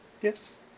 Yes